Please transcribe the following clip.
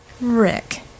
Rick